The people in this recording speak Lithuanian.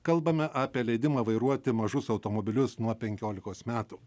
kalbame apie leidimą vairuoti mažus automobilius nuo penkiolikos metų